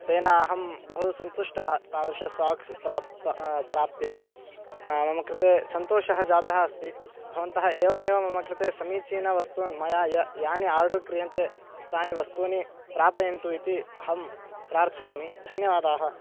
तेन अहं बहु सन्तुष्टः तादृशं साक्स् प्राप्तं प्राप्य मम कृते सन्तोषः जातः अस्ति भवन्तः एवमेव मम कृते समीचीनं वस्तून् मया या यानि आर्डर् क्रियन्ते तानि वस्तूनि प्रापयन्तु इति अहं प्रार्थयामि धन्यवादाः